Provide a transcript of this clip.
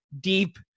deep